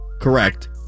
Correct